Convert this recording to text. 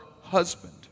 husband